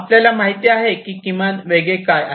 आपल्याला माहित आहे की किमान वेगळे काय आहे